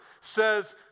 says